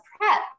prep